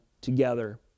together